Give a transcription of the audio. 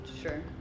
Sure